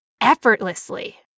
effortlessly